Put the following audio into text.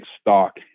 stock